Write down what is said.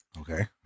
Okay